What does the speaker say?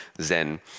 Zen